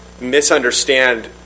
misunderstand